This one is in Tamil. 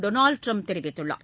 டோனால்டு ட்ரம்ப் தெரிவித்துள்ளார்